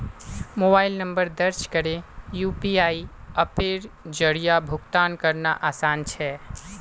mobile number दर्ज करे UPI अप्पेर जरिया भुगतान करना आसान छे